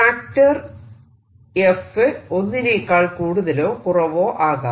factor f ഒന്നിനേക്കാൾ കൂടുതലോ കുറവോ ആകാം